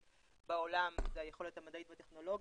בעולם זה היכולת המדעית והטכנולוגיות.